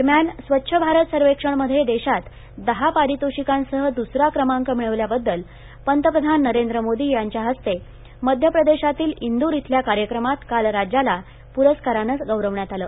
दरम्यान स्वच्छ भारत सर्वेक्षणमध्ये देशात दहा पारितोषिकांसह द्सरा क्रमांक मिळविल्याबद्दल पंतप्रधान नरेंद्र मोदी यांच्या हस्ते मध्यप्रदेशातील इंदूर इथल्या कार्यक्रमात काल राज्याला प्रस्कारानं गौरविण्यात आलं